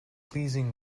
pleasing